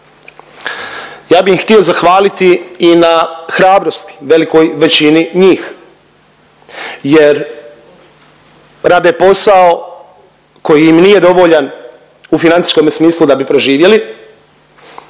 Ja bi im htio zahvaliti i na hrabrosti, velikoj većini njih jer rade posao koji im nije dovoljan u financijskome smislu da bi preživjeli,